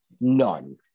none